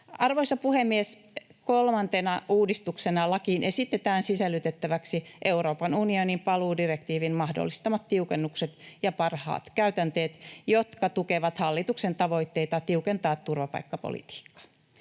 Arvoisa puhemies! Kolmantena uudistuksena lakiin esitetään sisällytettäväksi Euroopan unionin paluudirektiivin mahdollistamat tiukennukset ja parhaat käytänteet, jotka tukevat hallituksen tavoitteita tiukentaa turvapaikkapolitiikkaa.